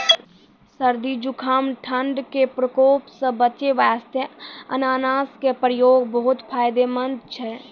सर्दी, जुकाम, ठंड के प्रकोप सॅ बचै वास्तॅ अनानस के उपयोग बहुत फायदेमंद छै